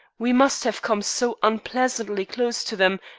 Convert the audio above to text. we must have come so unpleasantly close to them,